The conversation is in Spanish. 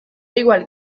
igual